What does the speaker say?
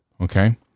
okay